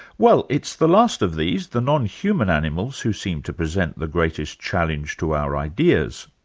well it's the last of these, the non-human animals who seem to present the greatest challenge to our ideas.